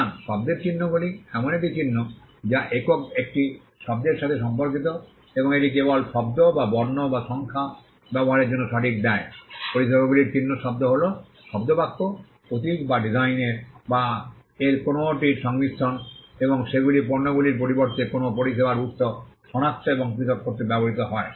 সুতরাং শব্দের চিহ্নগুলি এমন একটি চিহ্ন যা একক একটি শব্দের সাথে সম্পর্কিত এবং এটি কেবল শব্দ বা বর্ণ বা সংখ্যা ব্যবহারের জন্য সঠিক দেয় পরিষেবার চিহ্নগুলি হল শব্দ বাক্য প্রতীক বা ডিজাইন বা এর যে কোনওটির সংমিশ্রণ এবং সেগুলি পণ্যগুলির পরিবর্তে কোনও পরিষেবার উত্স সনাক্ত এবং পৃথক করতে ব্যবহৃত হয়